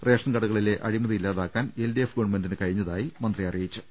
ration കടകളിലെ അഴിമതി ഇല്ലാതാക്കാൻ എൽഡിഎഫ് ഗവൺമെന്റിന് കഴിഞ്ഞതായും മന്ത്രി അറിയിച്ചു